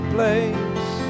place